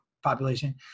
population